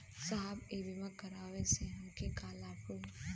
साहब इ बीमा करावे से हमके का लाभ होई?